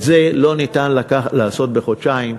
את זה לא ניתן לעשות בחודשיים.